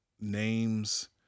names